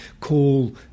call